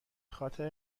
خاطر